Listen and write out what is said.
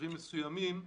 שבמצבים מסוימים,